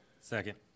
Second